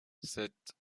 sept